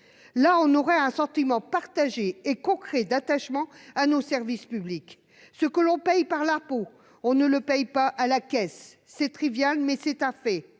Cela créerait un sentiment partagé et concret d'attachement à nos services publics. Ce que l'on paye par l'impôt, on ne le paye pas à la caisse ! C'est trivial, mais c'est factuel.